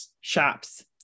shops